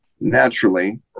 naturally